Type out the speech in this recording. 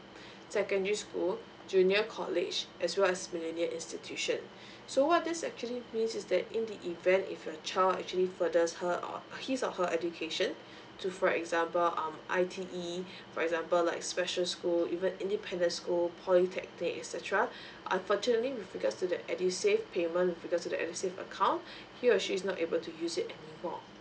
secondary school junior college as well as millennial institution so what this actually means is that in the event if your child actually furthers her or his or her education to for example um I_T_E for example like special school even independent school polytechnic etcetera unfortunately with regards to that edusave payment with regards to the edusave account you actually is not able to use it anymore